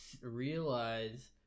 realize